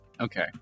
Okay